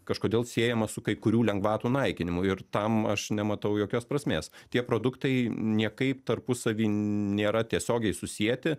kažkodėl siejamas su kai kurių lengvatų naikinimu ir tam aš nematau jokios prasmės tie produktai niekaip tarpusavy nėra tiesiogiai susieti